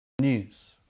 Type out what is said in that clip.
news